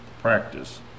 practice